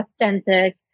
authentic